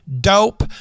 Dope